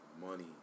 money